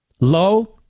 Low